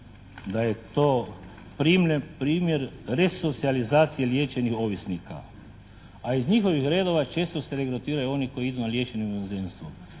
da je to primjer resocijalizacije liječenih ovisnika. A iz njihovih redova često se regrutiraju oni koji idu na liječenje u inozemstvo